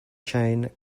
chain